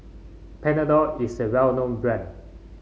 Panadol is a well known brand